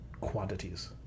quantities